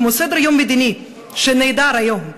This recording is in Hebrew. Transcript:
כמו סדר-יום מדיני שנעדר היום,